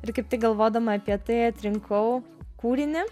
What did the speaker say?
ir kaip tik galvodama apie tai atrinkau kūrinį